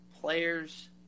Players